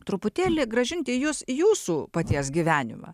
truputėlį grąžinti jus į jūsų paties gyvenimą